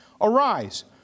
arise